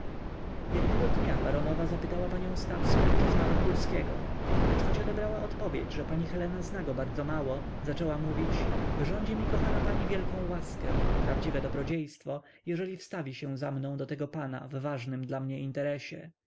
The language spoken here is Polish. jednego dnia baronowa zapytała panią stawską czy zna wokulskiego lecz choć odebrała odpowiedź że pani helena zna go bardzo mało zaczęła mówić wyrządzi mi kochana pani wielką łaskę prawdziwe dobrodziejstwo jeżeli wstawi się za mną do tego pana w ważnym dla mnie interesie